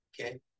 okay